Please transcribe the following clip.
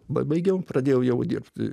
pabaigiau pradėjau jau dirbt